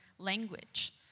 language